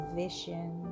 vision